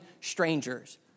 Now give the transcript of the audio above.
strangers